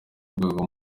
rwego